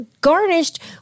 garnished